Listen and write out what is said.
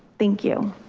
thank you.